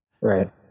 right